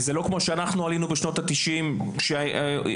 זה לא כמו שאנחנו עלינו בשנות ה-90' שהכניסו